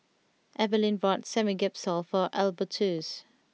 Evalyn bought Samgeyopsal for Albertus